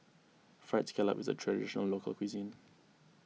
Fried Scallop is a Traditional Local Cuisine